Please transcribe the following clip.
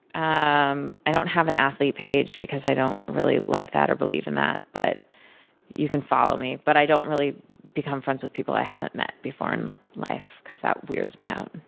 i um i don't have an athlete page because i don't really like that, or believe in that, but you can follow me. but, i don't really become friends with people i haven't met before in life because that weirds me out.